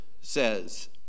says